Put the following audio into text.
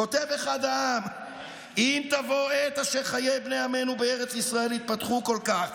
כותב אחד העם: "אם תבוא עת אשר חיי בני עמנו בארץ ישראל יתפתחו כל כך,